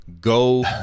go